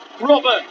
Robert